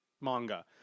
manga